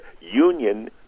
union